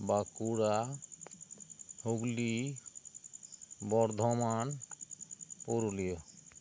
Bankura Hooghly Bardhaman Purulia